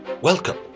Welcome